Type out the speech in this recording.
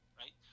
right